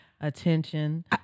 Attention